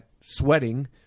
sweating